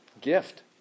gift